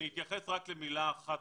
אני אתייחס רק במילה אחת,